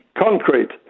concrete